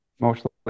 mostly